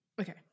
Okay